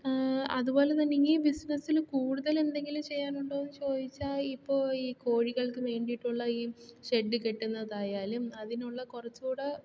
അതുപോലെതന്നെ ഈ ബിസിനസ്സിൽ കൂടുതൽ എന്തെങ്കിലും ചെയ്യാൻ ഉണ്ടോയെന്ന് ചോദിച്ചാൽ ഇപ്പോൾ ഈ കോഴികൾക്കു വേണ്ടിയിട്ടുള്ള ഈ ഷെഡ് കെട്ടുന്നതായാലും അതിനുള്ള കുറച്ചും കൂടി